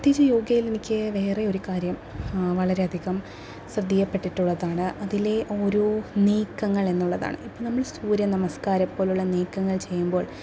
പ്രത്യേകിച്ച് യോഗയിൽ എനിക്ക് വേറെ ഒരു കാര്യം വളരെ അധികം ശ്രദ്ധയിൽ പെട്ടിട്ടുള്ളതാണ് അതിലെ ഓരോ നീക്കങ്ങൾ എന്നുള്ളതാണ് ഇപ്പോൾ നമ്മൾ സൂര്യനമസ്ക്കാരം പോലെയുള്ള നീക്കങ്ങൾ ചെയ്യുമ്പോൾ